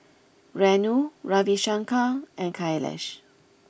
Renu Ravi Shankar and Kailash